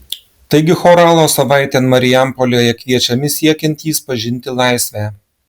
taigi choralo savaitėn marijampolėje kviečiami siekiantys pažinti laisvę